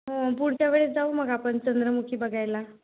पुढच्या वेळेस जाऊ मग आपण चंद्रमुखी बघायला